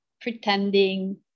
pretending